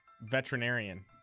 Veterinarian